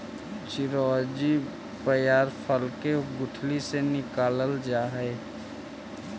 चिरौंजी पयार फल के गुठली से निकालल जा हई